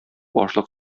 ашлык